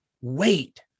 wait